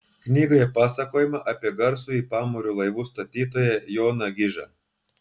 knygoje pasakojama apie garsųjį pamario laivų statytoją joną gižą